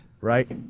Right